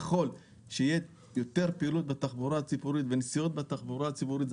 ככל שתהיה יותר פעילות בתחבורה הציבורית ונסיעות בתחבורה הציבורית זה